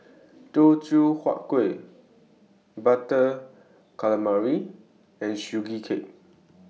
Teochew Huat Kueh Butter Calamari and Sugee Cake